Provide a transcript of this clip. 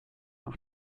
auch